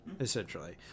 essentially